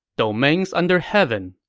domains under heaven,